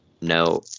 no